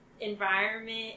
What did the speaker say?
environment